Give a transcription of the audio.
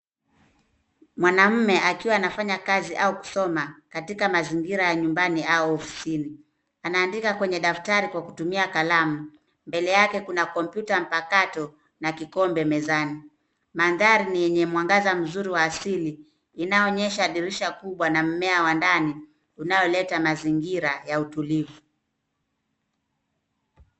Mwanamume, akiwa anafanya kazi au kusoma katika mazingira ya nyumbani au ofisini, anaandika kwenye daftari kwa kutumia kalamu. Mbele yake kuna kompyuta mpakato na kikombe mezani. Mandhari ni yenye mwangaza mzuri wa asili inaonyesha dirisha kubwa na mmea wa ndani unaleta mazingira ya utulivu.